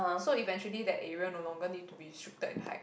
so eventually that area no longer need to be restricted in height